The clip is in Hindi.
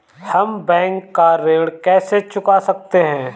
हम बैंक का ऋण कैसे चुका सकते हैं?